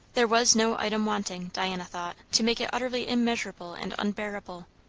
there was no item wanting, diana thought, to make it utterly immeasurable and unbearable.